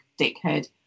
dickhead